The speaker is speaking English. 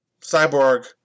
Cyborg